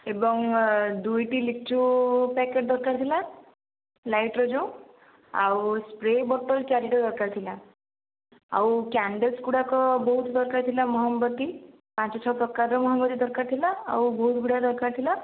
ଏବଂ ଦୁଇଟି ଲିଚୁ ପ୍ୟାକେଟ ଦରକାର ଥିଲା ଲାଇଟ୍ର ଯେଉଁ ଆଉ ସ୍ପ୍ରେ ବୋଟଲ ଚାରିଟା ଦରକାର ଥିଲା ଆଉ କ୍ୟାଣ୍ଡେଲସ୍ ଗୁଡ଼ାକ ବହୁତ ଦରକାର ଥିଲା ମହମବତି ପାଞ୍ଚ ଛଅ ପ୍ରକାରର ମହମବତି ଦରକାର ଥିଲା ଆଉ ବହୁତ ଗୁଡ଼ାଏ ଦରକାର ଥିଲା